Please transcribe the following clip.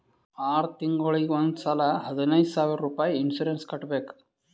R ತಿಂಗುಳಿಗ್ ಒಂದ್ ಸಲಾ ಹದಿನೈದ್ ಸಾವಿರ್ ರುಪಾಯಿ ಇನ್ಸೂರೆನ್ಸ್ ಕಟ್ಬೇಕ್